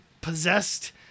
possessed